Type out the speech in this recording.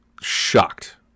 shocked